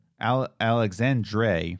alexandre